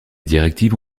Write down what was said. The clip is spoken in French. directives